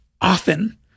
often